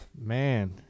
Man